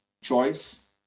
choice